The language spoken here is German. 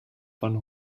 von